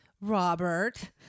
Robert